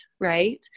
Right